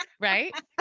right